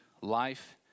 life